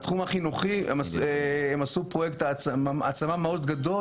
בתחום החינוכי הם עשו פרויקט העצמה מאוד גדול